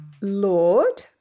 lord